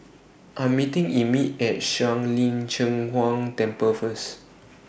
I Am meeting Emit At Shuang Lin Cheng Huang Temple First